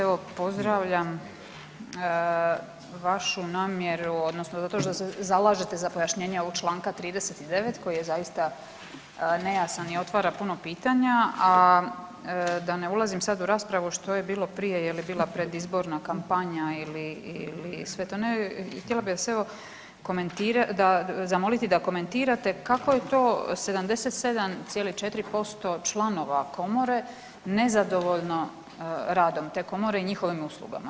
Evo pozdravljam vašu namjeru odnosno zato što se zalažete za pojašnjenje ovog čl. 39. koji je zaista nejasan i otvara puno pitanja, a da ne ulazim sad u raspravu što je bilo prije je li bila predizborna kampanja ili sve to, htjela bih vas zamoliti da komentirate kako je to 77,4% članova komore nezadovoljno radom te komore i njihovim uslugama.